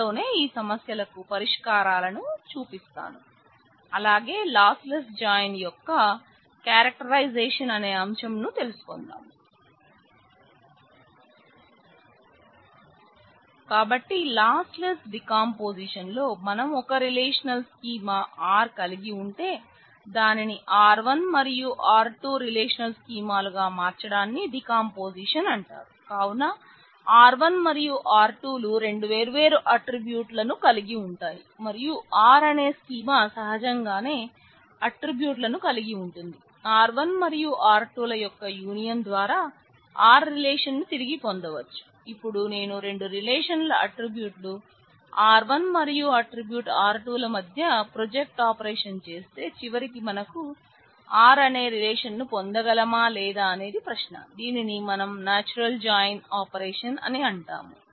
త్వరలోనే ఈ సమస్యలకు పరిష్కారాలను త్వరలోనే చూపిస్తాను అలాగే లాస్లెస్ జాయిన్ యొక్క క్యారెక్టరైజేషన్ అనే అంశము ను తెలుసుకుందాం కాబట్టి లాస్లెస్ డీకంపోజిషన్ ఆపరేషన్ అని అంటాం